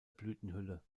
blütenhülle